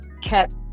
Kept